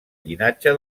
llinatge